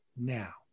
Now